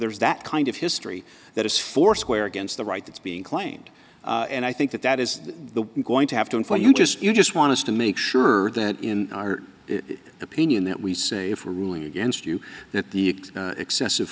there is that kind of history that is foursquare against the right that's being claimed and i think that that is the going to have to end for you just you just want to make sure that in our opinion that we say for ruling against you that the excessive